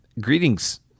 greetings